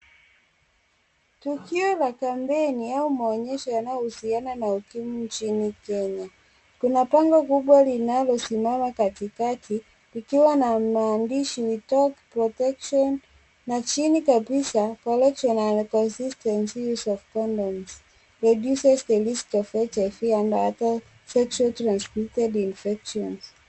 Tukio la kampeni au maonyesho yanayohusiana na ukimwi nchini Kenya. Kuna bango kubwa linalosimama katikati likiwa na maandishi we talk protection na chini kabisa correct and consistent of condoms reduces the risk of HIV and other sexual transited infections .